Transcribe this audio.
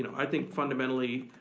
and i think fundamentally